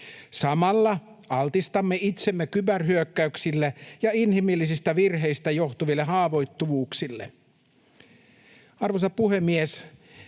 Samalla altistamme itsemme kyberhyökkäyksille ja inhimillisistä virheistä johtuville haavoittuvuuksille. Arvoisa puhemies!